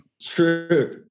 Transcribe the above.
True